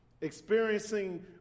experiencing